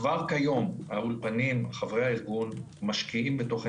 כבר היום האולפנים חברי הארגון משקיעים בתוכן